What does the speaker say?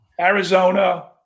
Arizona